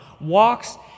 walks